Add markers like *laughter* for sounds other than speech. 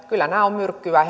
kyllä nämä ovat myrkkyä *unintelligible*